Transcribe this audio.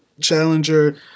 challenger